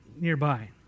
nearby